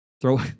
Throw